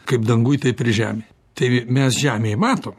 kaip danguj taip ir žemėj tai mes žemėj matom